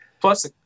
Plus